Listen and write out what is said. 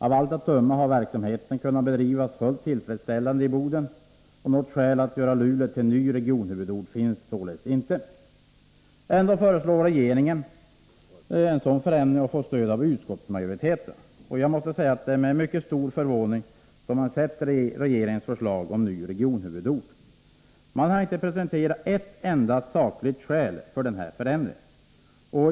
Av allt att döma har verksamheten kunnat bedrivas fullt tillfredsställande i Boden. Något skäl att göra Luleå till ny regionhuvudort finns således inte. Ändå föreslår regeringen en sådan förändring, och den får stöd av utskottsmajoriteten. Det är med mycket stor förvåning som jag har mottagit regeringens förslag om ny regionhuvudort. Man har inte presenterat ett enda sakligt skäl för den här förändringen.